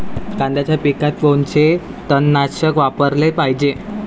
कांद्याच्या पिकात कोनचं तननाशक वापराले पायजे?